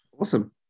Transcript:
Awesome